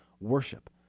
worship